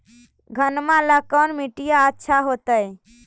घनमा ला कौन मिट्टियां अच्छा होतई?